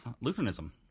Lutheranism